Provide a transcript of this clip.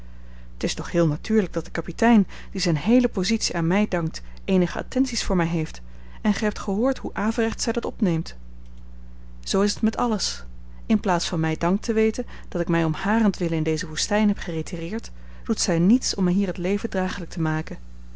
t is toch heel natuurlijk dat de kapitein die zijn heele positie aan mij dankt eenige attenties voor mij heeft en gij hebt gehoord hoe averechts zij dat opneemt zoo is het met alles in plaats van mij dank te weten dat ik mij om harentwille in deze woestijn heb geretireerd doet zij niets om mij hier het leven dragelijk te maken